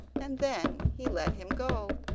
and then he let him go.